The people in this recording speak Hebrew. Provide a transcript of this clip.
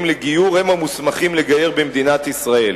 לגיור הם המוסמכים לגייר במדינת ישראל,